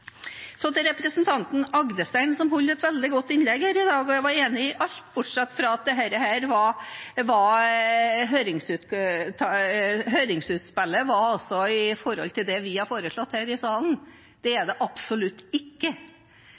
Til representanten Agdestein, som holdt et veldig godt innlegg her i dag: Jeg var enig i alt, bortsett fra det at høringsuttalelsen var det som vi har foreslått her i salen. Det er det absolutt ikke. Det er én liberalisering i den høringsuttalelsen, og så er det